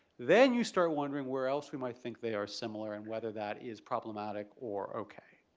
then you start wondering where else we might think they are similar and whether that is problematic or okay.